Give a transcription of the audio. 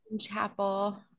Chapel